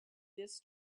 this